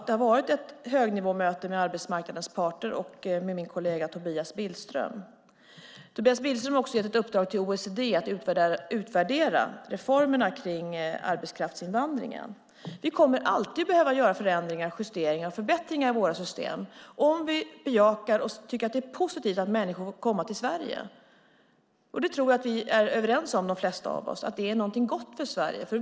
Det har varit ett högnivåmöte med arbetsmarknadens parter och med min kollega Tobias Billström. Tobias Billström har också gett ett uppdrag till OECD att utvärdera reformerna kring arbetskraftsinvandringen. Vi kommer alltid att behöva göra förändringar, justeringar och förbättringar i våra system om vi bejakar och tycker att det är positivt att människor får komma till Sverige. Jag tror att de flesta av oss är överens om att det är någonting gott för Sverige.